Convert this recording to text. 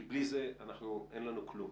כי בלי זה אין לנו כלום.